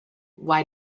why